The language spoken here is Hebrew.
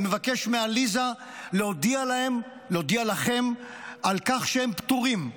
אני מבקש מעליזה להודיע לכם על כך שהם פטורים.